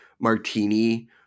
martini